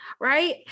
right